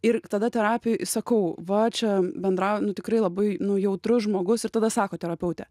ir tada terapijoj sakau va čia bendrauju nu tikrai labai nu jautrus žmogus ir tada sako terapeutė